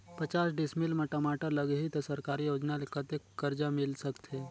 पचास डिसमिल मा टमाटर लगही त सरकारी योजना ले कतेक कर्जा मिल सकथे?